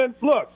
look